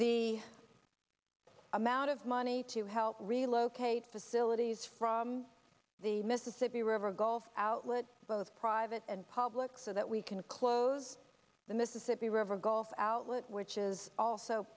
the amount of money to help relocate facilities from the mississippi river gulf outlet both private and public so that we can close the mississippi river gulf outlet which is also